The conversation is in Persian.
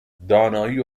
دانایی